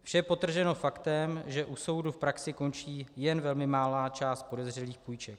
Vše je podtrženo faktem, že u soudu v praxi končí jen velmi malá část podezřelých půjček.